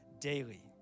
Daily